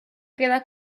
queda